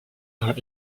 are